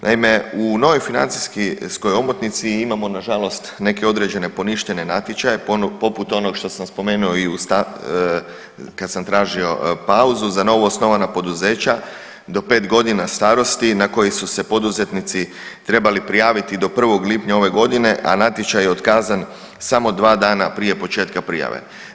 Naime, u novoj financijskoj omotnici imamo nažalost neke određene poništene natječaje poput onog što sam spomenuo i u, kad sam tražio pauzu, za novoosnovana poduzeća do 5.g. starosti na koje su se poduzetnici trebali prijaviti do 1. lipnja ove godine, a natječaj je otkazan samo dva dana prije početka prijave.